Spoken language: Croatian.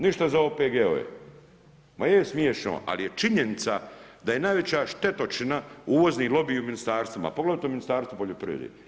Ništa za OPG-ove, ma je smiješno, ali je činjenica da je najveća štetočina uvozni lobiji u ministarstvima, poglavito Ministarstvo poljoprivredi.